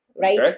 right